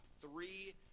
three